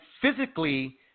physically